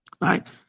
right